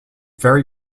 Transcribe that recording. very